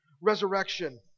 resurrection